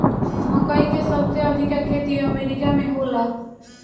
मकई के सबसे अधिका खेती अमेरिका में होला